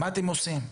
מה אתם עושים?